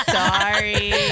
sorry